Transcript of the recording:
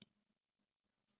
this yar cannot